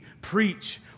preach